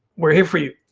we are here for you.